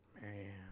Man